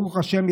ברוך השם,